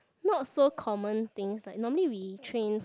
not so common things like normally we train